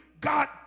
God